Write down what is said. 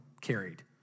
carried